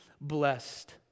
blessed